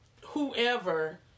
whoever